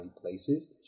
places